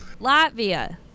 Latvia